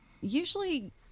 Usually